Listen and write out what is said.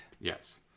Yes